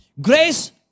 grace